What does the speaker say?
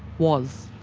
was.